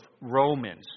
Romans